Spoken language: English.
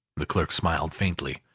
the clerk smiled faintly.